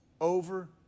over